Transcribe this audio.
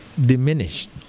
Diminished